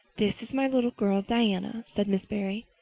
this is my little girl diana, said mrs. barry.